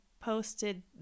posted